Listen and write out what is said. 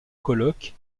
colloques